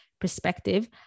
perspective